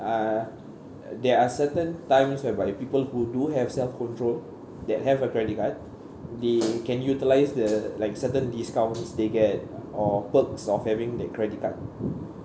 uh there are certain times whereby people who do have self control that have a credit card they can utilise the like certain discounts they get or perks of having the credit card